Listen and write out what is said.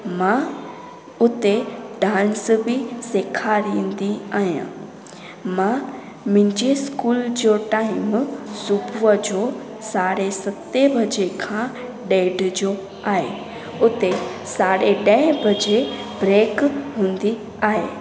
मां उते डांस बि सेखारींदी आहियां मां मुंहिंजे स्कूल जो टाइम सुबुह जो साढे सते बजे खां ॾेढ जो आहे उते साढे ॾहे बजे ब्रेक हूंदी आहे